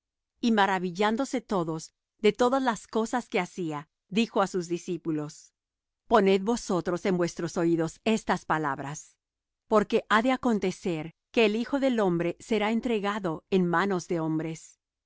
y maravillándose todos de todas las cosas que hacía dijo á sus discípulos poned vosotros en vuestros oídos estas palabras porque ha de acontecer que el hijo del hombre será entregado en manos de hombres